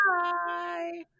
bye